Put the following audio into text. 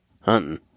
hunting